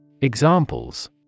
Examples